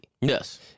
Yes